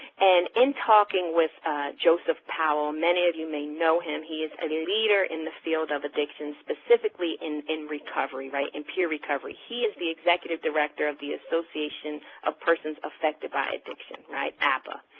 and in talking with joseph powell, many of you may know him. he is a leader in the field of addiction, specifically in in recovery, right, in peer recovery. he is the executive director of the association of persons affected by addiction, right, apaa.